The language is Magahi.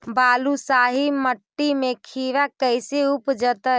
बालुसाहि मट्टी में खिरा कैसे उपजतै?